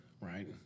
right